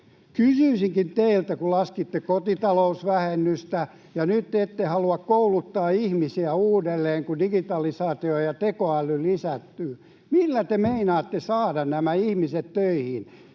Kysyisinkin teiltä, kun laskitte kotitalousvähennystä ja nyt te ette halua kouluttaa ihmisiä uudelleen, kun digitalisaatio ja tekoäly lisääntyvät: millä te meinaatte saada nämä ihmiset töihin?